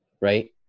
right